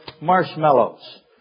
marshmallows